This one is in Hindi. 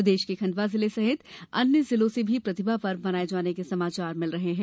प्रदेश के खंडवा जिले सहित अन्य जिलों से भी प्रतिभा पर्व मनाये जाने के समाचार मिल रहे हैं